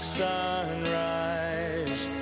sunrise